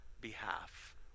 behalf